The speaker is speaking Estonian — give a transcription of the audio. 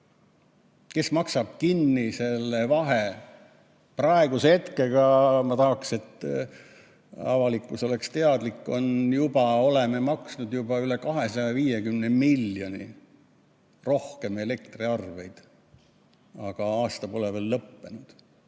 Kes maksab kinni selle vahe? Praeguseks hetkeks – ma tahaks, et avalikkus oleks teadlik – oleme maksnud juba üle 250 miljoni euro rohkem elektriarveid, aga aasta pole veel lõppenud.